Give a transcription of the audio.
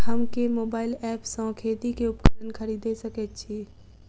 हम केँ mobile app सँ खेती केँ उपकरण खरीदै सकैत छी?